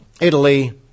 Italy